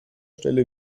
stelle